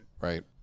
right